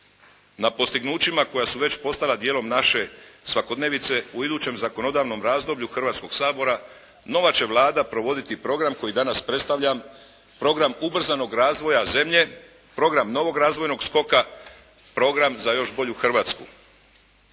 Na postignućima koja su već postala dijelom naše svakodnevice u idućem zakonodavnom razdoblju Hrvatskog sabora nova će Vlada provoditi program koji danas predstavljam, program ubrzanog razvoja zemlje, program novog razvojnog skoka, program za još bolju Hrvatsku.